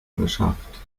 geschafft